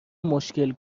مشکل